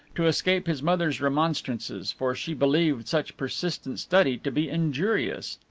to escape his mother's remonstrances, for she believed such persistent study to be injurious.